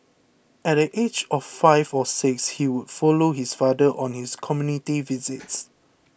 at the age of five or six he would follow his father on his community visits